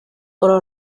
oder